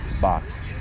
box